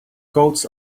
goats